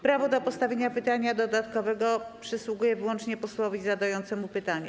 Prawo do postawienia pytania dodatkowego przysługuje wyłącznie posłowi zadającemu pytanie.